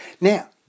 Now